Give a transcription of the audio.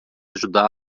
ajudá